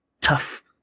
tough